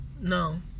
No